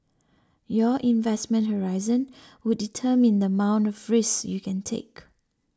your investment horizon would determine the amount of risks you can take